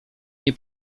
nie